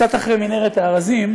קצת אחרי מנהרת הארזים